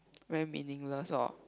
very meaningless lor